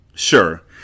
Sure